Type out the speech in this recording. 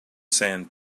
sand